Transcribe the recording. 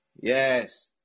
Yes